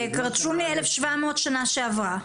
רשום לי 1,700 שנה עברה.